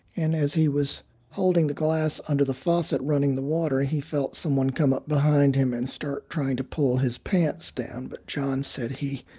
and as he was holding the glass under the faucet running the water, he felt someone come up behind him and start trying to pull his pants down. but john said he